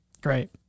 Great